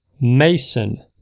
Mason